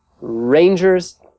Rangers